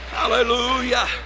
hallelujah